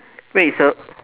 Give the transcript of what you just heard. wait it's a